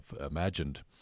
imagined